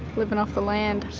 living off the land.